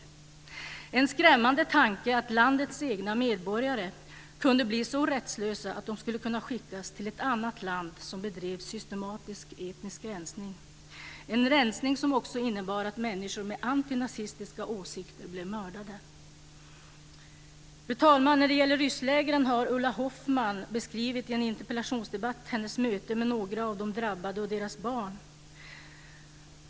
Det är en skrämmande tanke att landets egna medborgare kunde bli så rättslösa att de skulle kunna skickas till ett annat land som bedrev systematisk etnisk rensning. Den rensningen innebar också att människor med antinazistiska åsikter blev mördade. Fru talman! När det gäller rysslägren har Ulla Hoffmann i en interpellationsdebatt beskrivit sitt möte med några av de drabbade och deras barn.